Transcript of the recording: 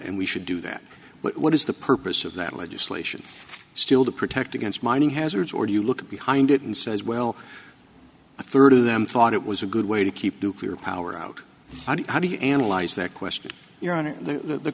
and we should do that but what is the purpose of that legislation still to protect against mining hazards or do you look behind it and says well a third of them thought it was a good way to keep nuclear power out and how do you analyze that question your honor the